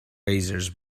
razors